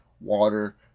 water